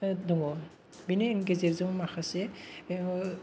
दङ बिनि गेजेरजों माखासे